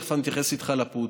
תכף אני אתייחס לפעוטות.